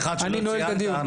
אני נועל את הדיון.